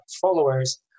followers